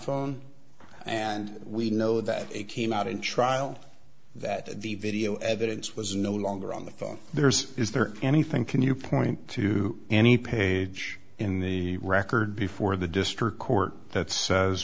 phone and we know that it came out in trial that the video evidence was no longer on the phone there's is there anything can you point to any page in the record before the district court that says